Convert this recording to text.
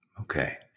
Okay